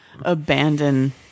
abandon